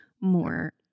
more